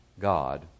God